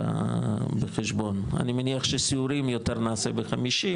אני מניח שסיורים יותר נעשה בחמישי,